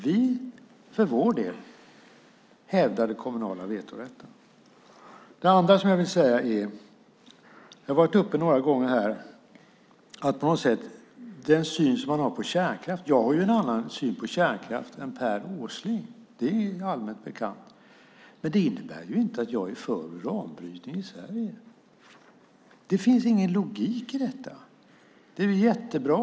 Vi för vår del hävdar den kommunala vetorätten. Jag har en annan syn på kärnkraft än Per Åsling. Det är allmänt bekant. Men det innebär inte att jag är för uranbrytning i Sverige. Det finns ingen logik i detta.